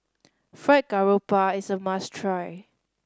Fried Garoupa is a must try